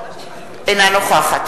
אינה נוכחת